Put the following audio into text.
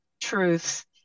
truth